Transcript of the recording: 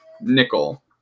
nickel